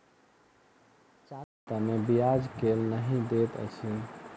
चालू खाता मे ब्याज केल नहि दैत अछि